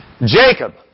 Jacob